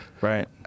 Right